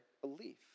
belief